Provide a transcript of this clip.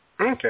Okay